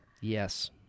Yes